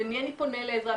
למי אני פונה לעזרה.